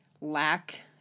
lack